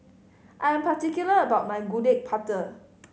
I am particular about my Gudeg Putih